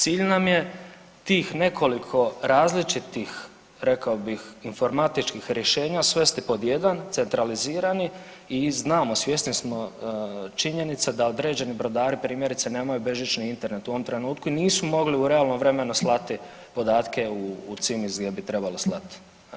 Cilj nam je tih nekoliko različitih rekao bih informatičkih rješenja svesti pod jedan centralizirani i znamo, svjesni smo činjenice da određeni brodari primjerice nemaju bežični Internet u ovom trenutku i nisu mogli u realnom vremenu slati podatke u CIMIS gdje bi trebalo slati.